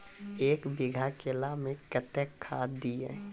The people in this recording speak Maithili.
एक बीघा केला मैं कत्तेक खाद दिये?